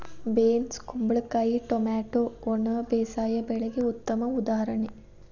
beans ಕುಂಬಳಕಾಯಿ tomato ಒಣ ಬೇಸಾಯ ಬೆಳೆಗೆ ಉತ್ತಮ ಉದಾಹರಣೆ